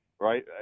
right